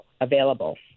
available